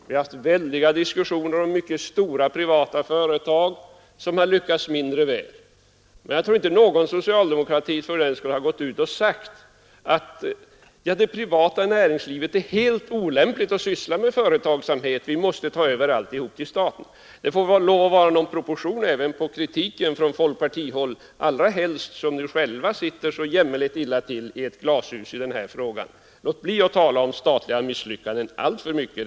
Vi har haft väldiga diskussioner om mycket stora privata företag som har lyckats mindre väl, men jag tror inte att någon socialdemokrat fördenskull har gått ut och sagt: ”Det privata näringslivet är helt olämpligt att syssla med företagsamhet. Vi måste ta över alltihop till staten.” Det får väl lov att vara någon proportion även på kritiken från folkpartihåll, allra helst som ni själva sitter så jämmerligt illa till i ert glashus i den här frågan. Låt bli att tala om statliga misslyckanden alltför mycket!